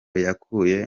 yakuye